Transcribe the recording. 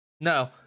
No